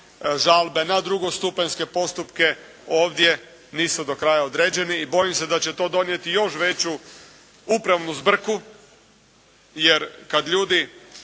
žalbe, na drugostupanjske postupke ovdje nisu do kraja određeni i bojim se da će to donijeti još veću upravnu zbrku jer kada ljudi